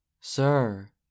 sir